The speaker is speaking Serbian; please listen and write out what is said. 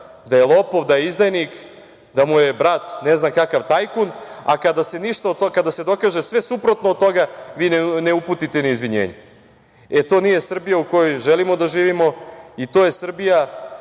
da je lopov, da je izdajnik, da mu je brat ne znam kakav tajkun, a kada se dokaže sve suprotno od toga vi ne uputite ni izvinjenje. To nije Srbija u kojoj želimo da živimo i to je Srbija